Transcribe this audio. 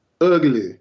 ugly